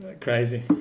crazy